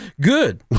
good